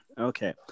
Okay